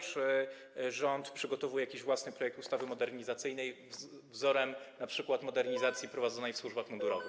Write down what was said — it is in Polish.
Czy rząd przygotowuje jakiś własny projekt ustawy modernizacyjnej na wzór np. modernizacji prowadzonej w służbach mundurowych?